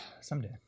Someday